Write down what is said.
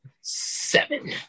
seven